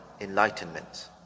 enlightenment